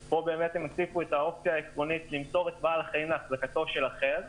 פה הם הוסיפו את האופציה למסור את בעל החיים להחזקתו של אחר,